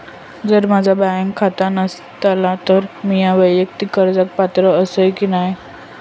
जर माझा बँक खाता नसात तर मीया वैयक्तिक कर्जाक पात्र आसय की नाय?